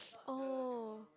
oh